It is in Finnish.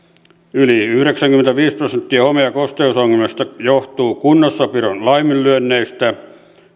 yli yhdeksänkymmentäviisi prosenttia home ja kosteusongelmista johtuu kunnossapidon laiminlyönneistä